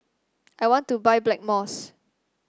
I want to buy Blackmores